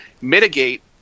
mitigate